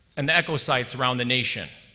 and the echo sites around the nation.